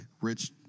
rich